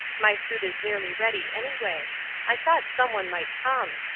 my suit is nearly ready anyway i thought some one might come.